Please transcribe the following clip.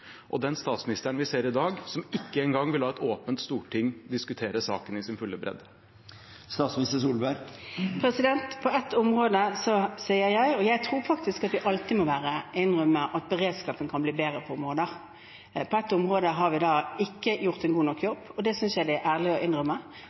og den statsministeren vi ser i dag, som ikke engang vil la et åpent storting diskutere saken i sin fulle bredde. Jeg tror at vi alltid må innrømme at beredskapen kan bli bedre på områder. På et område har vi ikke gjort en god nok